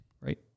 Right